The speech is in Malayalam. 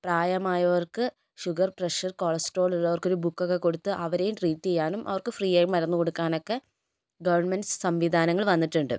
പ്രായമായവർക്ക് ഷുഗർ പ്രഷർ കൊളസ്ട്രോൾ ഉള്ളവർക്കൊരു ബുക്കൊക്കെ കൊടുത്ത് അവരേയും ട്രീറ്റ് ചെയ്യാനും അവർക്ക് ഫ്രീ ആയി മരുന്ന് കൊടുക്കാനുമൊക്കെ ഗവണ്മെൻ്റെ സംവിധാനങ്ങൾ വന്നിട്ടുണ്ട്